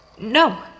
No